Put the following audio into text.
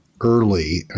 early